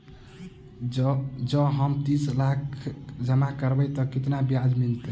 जँ हम तीस लाख जमा करबै तऽ केतना ब्याज मिलतै?